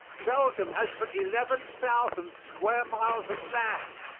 belgium has but eleven thousand square miles of land,